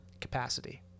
capacity